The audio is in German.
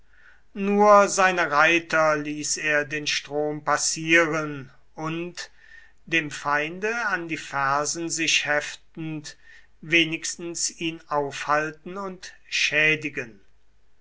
nur seine reiter ließ er den strom passieren und dem feinde an die fersen sich heftend wenigstens ihn aufhalten und schädigen